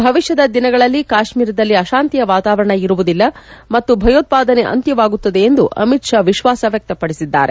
ಭವಿಷ್ಯದ ದಿನಗಳಲ್ಲಿ ಕಾಶ್ಮೀರದಲ್ಲಿ ಆಶಾಂತಿಯ ವಾತಾವರಣ ಇರುವುದಿಲ್ಲ ಮತ್ತು ಭಯೋತ್ಪಾದನೆ ಅಂತ್ಯವಾಗುತ್ತದೆ ಎಂದು ಅಮಿತ್ ಶಾ ವಿಶ್ವಾಸ ವ್ಯಕ್ತಪಡಿಸಿದ್ದಾರೆ